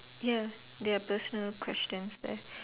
ya there are personal questions there